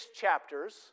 chapters